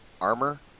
armor